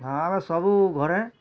ହଁ ସବୁ ଘରେ